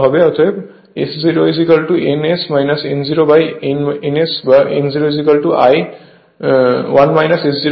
অতএব S0 n S বা n 01 S0 হয়